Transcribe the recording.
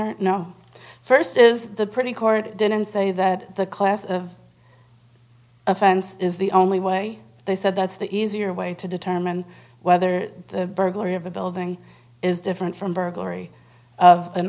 r no first is the pretty court didn't say that the class of offense is the only way they said that's the easier way to determine whether the burglary of a building is different from burglary of an